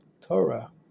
Torah